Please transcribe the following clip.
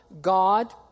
God